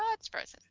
ah it's frozen.